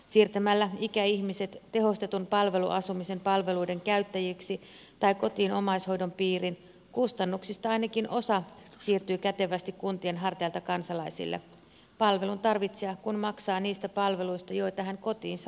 siirtämällä ikäihmiset tehostetun palveluasumisen palveluiden käyttäjiksi tai kotiin omaishoidon piiriin kustannuksista ainakin osa siirtyy kätevästi kuntien harteilta kansalaisille palvelun tarvitsija kun maksaa niistä palveluista joita hän kotiinsa tarvitsee